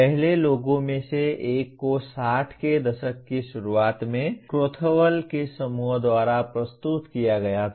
पहले लोगों में से एक को 60 के दशक की शुरुआत में क्रथोव्हेल के समूह द्वारा प्रस्तुत किया गया था